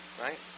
Right